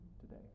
today